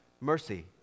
mercy